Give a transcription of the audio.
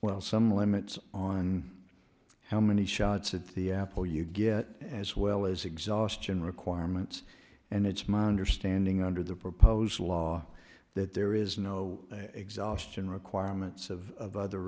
well some limits on how many shots at the apple you get as well as exhaustion requirements and it's my understanding under the proposed law that there is no exhaustion requirements of